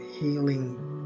healing